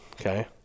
okay